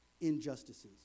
injustices